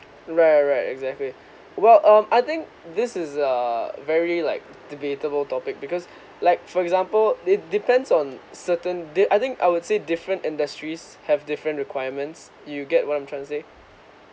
right right right exactly well um I think this is a very like debatable topic because like for example they depends on certain they I think I would say different industries have different requirements you get what I'm trying to say